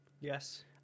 Yes